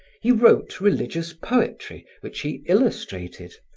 he wrote religious poetry which he illustrated,